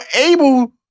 able